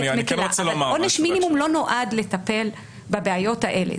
עונש מינימום לא נועד לטפל בבעיות האלה.